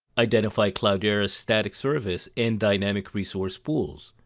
identify cloudera's static service and dynamic resource pools.